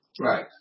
Right